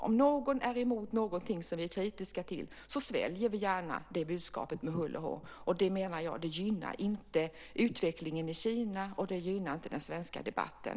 Om någon är emot någonting som vi är kritiska till sväljer vi gärna det budskapet med hull och hår. Det gynnar inte utvecklingen i Kina, och det gynnar inte den svenska debatten.